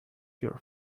your